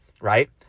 right